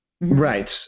Right